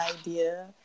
idea